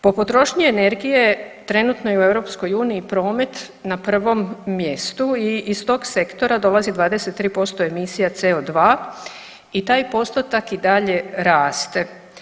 Po potrošnji energije trenutno i u EU promet na prvom mjestu i iz tog sektora dolazi 23% emisija CO2 i taj postotak i dalje raste.